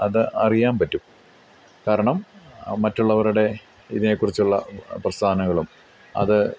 അത് അറിയാൻ പറ്റും കാരണം മറ്റുള്ളവരുടെ ഇതിനെക്കുറിച്ചുള്ള പ്രസ്ഥാനങ്ങളും അത്